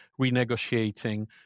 renegotiating